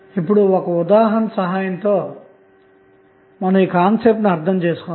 ఇప్పుడు ఒక ఉదాహరణ సహాయంతో భావనను అర్థం చేసుకుందాం